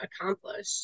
accomplish